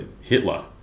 Hitler